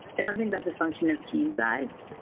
i don't think that's a function of team size.